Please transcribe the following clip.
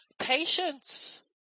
patience